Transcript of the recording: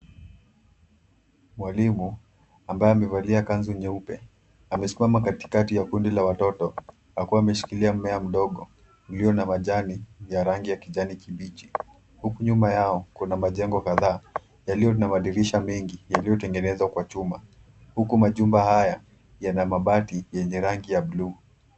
Mwalimu ambaye amevalia kanzu nyeupe, amesimama katikati ya kundi la watoto akiwa ameshikilia mmea mdogo ulio na majani ya rangi ya kijani kibichi. Huku nyuma yao, kuna majengo kadha yaliyo na madirisha mengi yaliyotengenezwa kwa chuma, huku majumba haya yana mabati yenye rangi ya bluu.